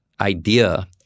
idea